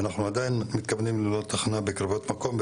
ואנחנו עדיין מתכוונים לבנות תחנה בקרבת מקום,